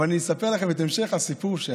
אספר לכם את המשך הסיפור.